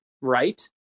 right